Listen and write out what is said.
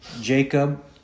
Jacob